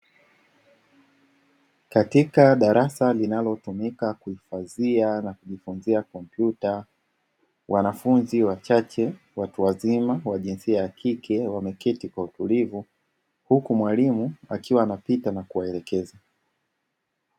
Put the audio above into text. Katika darasa linalotumika kuhifadhia na kujifunzia kompyuta, wanafunzi wachache watu wazima wa jinsia ya kike wameketi kwa utulivu, huku mwalimu akiwa anapita na kuwaelekeza.